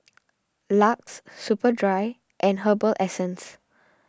Lux Superdry and Herbal Essences